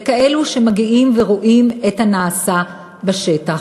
וכאלה שמגיעים ורואים את הנעשה בשטח.